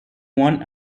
one